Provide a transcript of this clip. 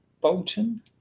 Bolton